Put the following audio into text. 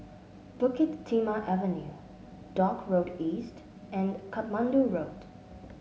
Bukit Timah Avenue Dock Road East and Katmandu Road